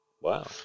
Wow